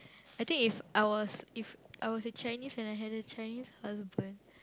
I think if I was If I was a Chinese and I had a Chinese husband